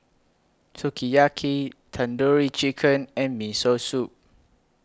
Sukiyaki Tandoori Chicken and Miso Soup